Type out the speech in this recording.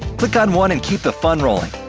click on one and keep the fun rolling!